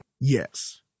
Yes